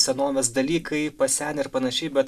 senovės dalykai pasenę ir panašiai bet